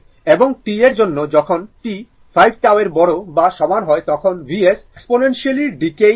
এবং t এর জন্য যখন t 5 τ এর বড় বা সমান হয় তখন Vs এক্সপোনেনশিয়াললি ডিক্যায়িং হয়